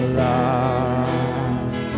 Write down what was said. love